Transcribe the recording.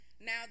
Now